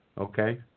Okay